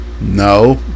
no